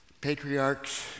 patriarchs